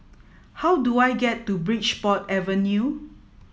how do I get to Bridport Avenue